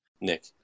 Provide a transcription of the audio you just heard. nick